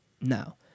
No